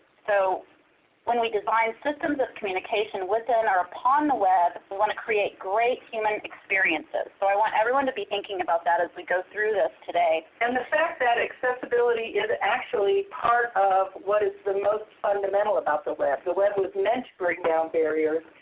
so when we design systems of communication, within or upon the web, we want to create great human experiences. so i want everyone to be thinking about that as we go through this today. sharron and the fact that accessibility is actually part of what is the most fundamental about the web. the web was meant to break down barriers.